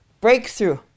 Breakthrough